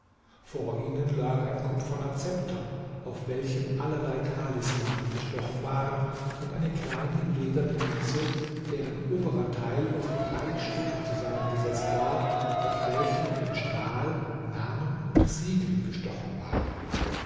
vor ihnen lag ein kupferner zepter auf welchem allerlei talismane gestochen waren und eine kleine lederne mütze deren oberer teil aus drei stücken zusammengesetzt war auf welchem in stahl namen und siegel gestochen waren